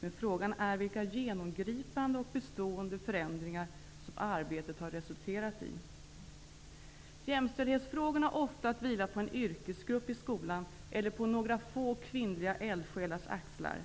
Men frågan är vilka genomgripande och bestående förändringar som arbetet har resulterat i. Jämställdhetsfrågorna har ofta vilat på en yrkesgrupp i skolan eller på några få kvinnliga eldsjälars axlar.